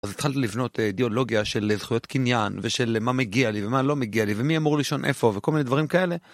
אז התחלתי לבנות אידיאולוגיה של זכויות קניין ושל מה מגיע לי ומה לא מגיע לי ומי אמור לישון איפה וכל מיני דברים כאלה.